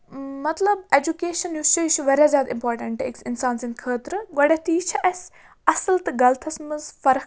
مطلب اٮ۪جوکیشَن یُس چھُ یہِ چھُ واریاہ زیادٕ اِمپاٹَنٹ أکِس اِنسان سٕنٛدۍ خٲطرٕ گۄڈنٮ۪تھٕے یہِ چھِ اَسہِ اَصٕل تہٕ غلطس منٛز فرق